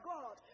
God